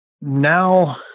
now